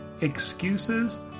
excuses